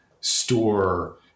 store